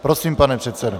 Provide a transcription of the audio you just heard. Prosím, pane předsedo.